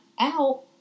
out